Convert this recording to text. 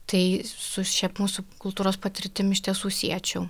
tai su šia mūsų kultūros patirtim iš tiesų siečiau